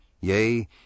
yea